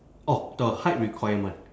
oh the height requirement